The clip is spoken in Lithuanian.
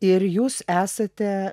ir jūs esate